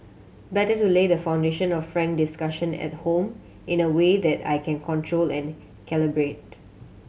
better to lay the foundation of frank discussion at home in a way that I can control and calibrate